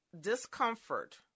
discomfort